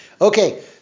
Okay